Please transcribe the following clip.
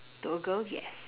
to a girl yes